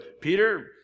Peter